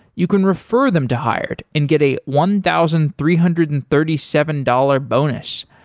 you can refer them to hired and get a one thousand three hundred and thirty seven dollars bonus.